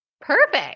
Perfect